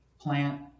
plant